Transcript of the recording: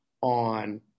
on